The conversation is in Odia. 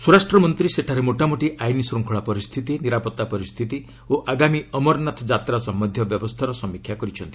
ସ୍ୱରାଷ୍ଟ୍ର ମନ୍ତ୍ରୀ ସେଠାରେ ମୋଟାମୋଟି ଆଇନ୍ ଶୃଙ୍ଗଳା ପରିସ୍ଥିତି ନିରାପତ୍ତା ପରିସ୍ଥିତି ଓ ଆଗାମୀ ଅମରନାଥ ଯାତ୍ରା ସମ୍ୟନ୍ଧୀୟ ବ୍ୟବସ୍ଥାର ସମୀକ୍ଷା କରିଛନ୍ତି